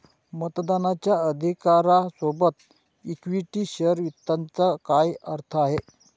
मतदानाच्या अधिकारा सोबत इक्विटी शेअर वित्ताचा काय अर्थ आहे?